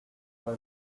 the